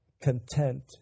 content